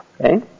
Okay